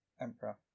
emperor